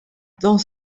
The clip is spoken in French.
dans